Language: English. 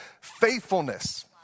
faithfulness